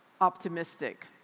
optimistic